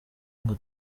ngo